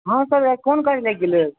हँ सर आइ कोन काज लागि गेलै